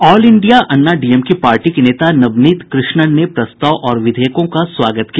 all India Anna DMK party के नेता नवनीत कृष्णन ने प्रस्ताव और विधेयकों का स्वागत किया